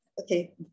Okay